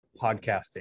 podcasting